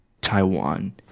Taiwan